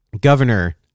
Governor